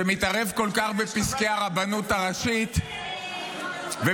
שמתערב כל כך בפסקי הרבנות הראשית ובמינויים,